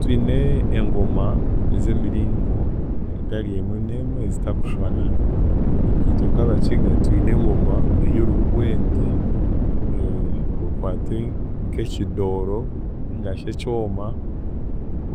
Twine engoma ez’emiringo atari emwen'emwe ezitakushwana, i- itwe nk’Abakiga twine engoma ey’oruhu gw'ente okwate nk'ekidooro ningashi ekyoma